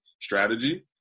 strategy